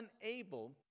unable